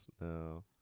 no